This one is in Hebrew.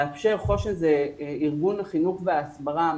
חושן הוא ארגון חינוך והסברה,